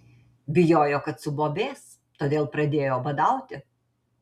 bijojo kad subobės todėl pradėjo badauti